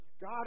God